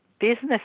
business